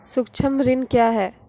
सुक्ष्म ऋण क्या हैं?